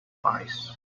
pies